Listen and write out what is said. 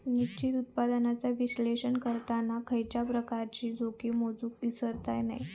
निश्चित उत्पन्नाचा विश्लेषण करताना खयच्याय प्रकारची जोखीम मोजुक इसरता नये